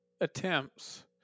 attempts